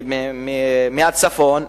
מהצפון,